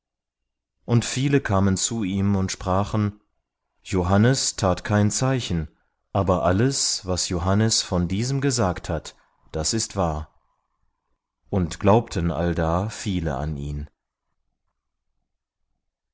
und viele kamen zu ihm und sprachen johannes tat kein zeichen aber alles was johannes von diesem gesagt hat das ist wahr und glaubten allda viele an ihn